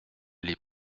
les